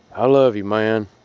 i love you, man,